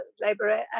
Labour